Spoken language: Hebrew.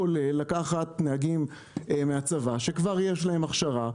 כולל לקחת נהגים מהצבא שכבר יש להם הכשרה,